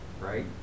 right